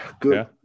Good